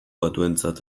batuentzat